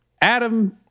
Adam